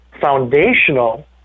foundational